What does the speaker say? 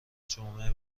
جمعه